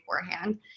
beforehand